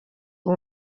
اون